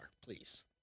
please